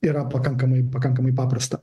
yra pakankamai pakankamai paprasta